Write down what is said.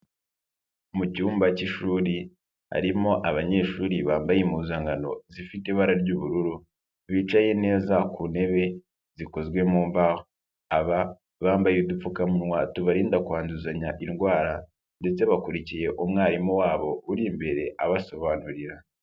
Mu cyumba cy'ishuri, harimo abanyeshuri bambaye impuzankano zifite ibara ry'ubururu, bicaye neza ku ntebe zikozwe mu mbaho. Aba bambaye udupfukamunwa tubarinda kwanduzanya indwara ndetse bakurikiye umwarimu wa bo, uri imbere abasobanurira.